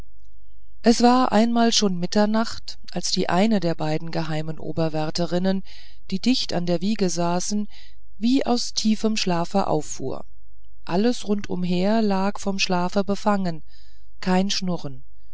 es war einmal schon mitternacht als die eine der beiden geheimen oberwärterinnen die dicht an der wiege saßen wie aus tiefem schlafe auffuhr alles rund umher lag vom schlafe befangen kein schnurren